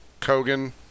Kogan